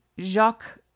Jacques